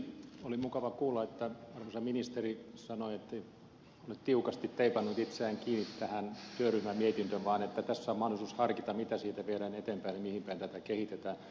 oli mukava kuulla että arvoisa ministeri sanoi ettei ole tiukasti teipannut itseään kiinni tähän työryhmän mietintöön vaan että tässä on mahdollisuus harkita mitä siitä viedään eteenpäin ja mihin päin tätä kehitetään